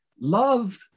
love